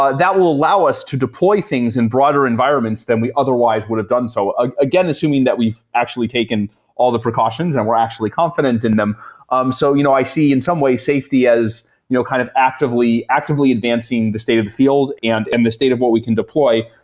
ah that will allow us to deploy things in broader environments than we otherwise would have done so. ah again, assuming that we've actually taken all the precautions and we're actually confident in them um so you know i see in some way safety as you know kind of actively actively advancing the state of the field and the state of what we can deploy.